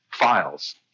Files